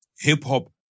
Hip-hop